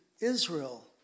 Israel